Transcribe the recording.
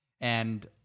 And-